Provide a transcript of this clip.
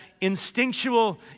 instinctual